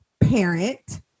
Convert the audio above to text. Parent